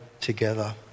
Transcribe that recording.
together